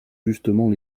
justement